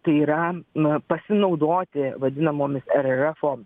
tai yra na pasinaudoti vadinamomis rrfo